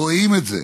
רואים את זה.